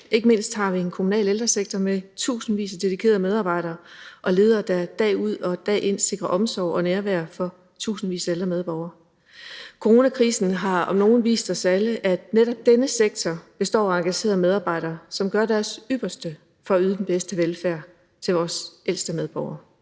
Ikke mindst har vi en kommunal ældresektor med tusindvis af dedikerede medarbejdere og ledere, der dag ud og dag ind sikrer omsorg og nærvær for tusindvis af ældre medborgere. Coronakrisen har om noget vist os alle, at netop denne sektor består af engagerede medarbejdere, som gør deres ypperste for at yde den bedste velfærd til vores ældste medborgere.